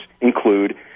include